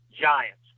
giants